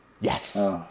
Yes